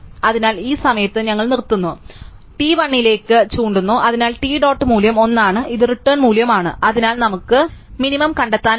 അതിനാൽ ഈ സമയത്ത് ഞങ്ങൾ നിർത്തുന്നു അതിനാൽ ടി 1 ലേക്ക് ചൂണ്ടുന്നു അതിനാൽ ടി ഡോട്ട് മൂല്യം 1 ആണ് ഇത് റിട്ടേൺ മൂല്യം ആണ് അതിനാൽ നമുക്ക് മിനിമം കണ്ടെത്താനാകും